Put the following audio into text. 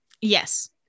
Yes